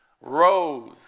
rose